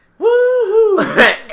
Woohoo